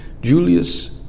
Julius